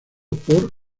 por